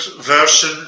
version